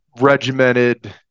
regimented